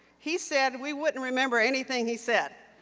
he said we wouldn't remember anything he said.